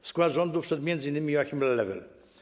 W skład rządu wszedł m.in. Joachim Lelewel.